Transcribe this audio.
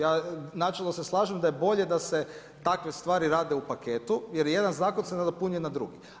Ja načelno se slažem, da je bolje da se takve stvari rade u paketu, jer jedan zakon se nadopunjuje na drugi.